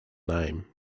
name